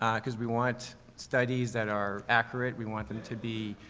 um cause we want studies that are accurate, we want them to be,